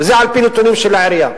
וזה על-פי נתונים של העירייה.